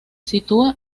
sitúa